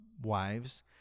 wives